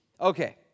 Okay